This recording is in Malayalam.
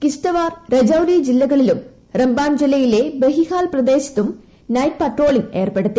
കിശ്തവാർ രജൌരി ജില്ലകളിലും റമ്പാൻ ജില്ലയിലെ ബഹിഹാൽ പ്രദേശത്തും നൈറ്റ് പട്രോളിംഗ് ഏർപ്പെടുത്തി